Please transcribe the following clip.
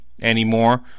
anymore